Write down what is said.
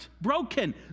broken